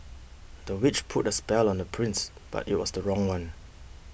the witch put a spell on the prince but it was the wrong one